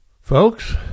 Folks